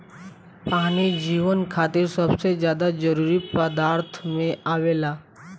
पानी जीवन खातिर सबसे ज्यादा जरूरी पदार्थ में आवेला